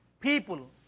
people